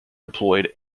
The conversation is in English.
deployed